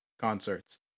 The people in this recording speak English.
concerts